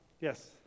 Yes